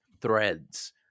threads